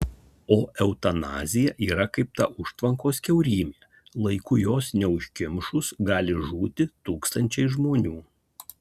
o eutanazija yra kaip ta užtvankos kiaurymė laiku jos neužkimšus gali žūti tūkstančiai žmonių